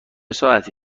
ساعتی